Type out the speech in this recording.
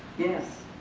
yes,